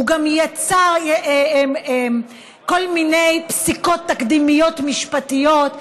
הוא גם יצר כל מיני פסיקות תקדימיות משפטית,